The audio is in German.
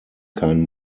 kein